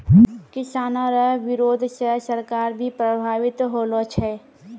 किसानो रो बिरोध से सरकार भी प्रभावित होलो छै